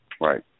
right